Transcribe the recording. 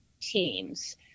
teams